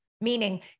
meaning